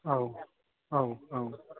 औ औ औ